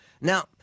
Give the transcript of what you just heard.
Now